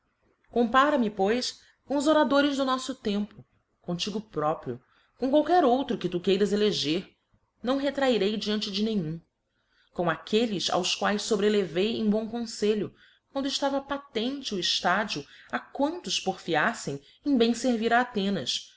vencedor compara me pois com os oradores do noflb tempo comtigo próprio com qualquer outro que tu queiras eleger não retrairei diante de nenhum com aquelles aos quaes fobrelevei em bom confelho quando eftava patente o eftadio a quantos porfiaífem em bem fervir